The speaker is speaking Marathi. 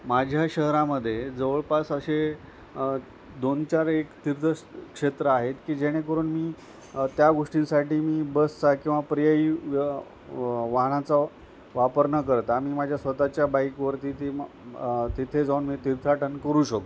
माझ्या शहरामध्ये जवळपास असे दोनचार एक तीर्थ क्षेत्र आहेत की जेणेकरून मी त्या गोष्टींसाठी मी बसचा किंवा पर्याय व्य वाहनाचा वापरनं करता मी माझ्या स्वतःच्या बाईकवरती ती म तिथे जाऊन मी तीर्थाटन करू शकतो